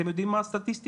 אתם יודעים מה הסטטיסטיקה?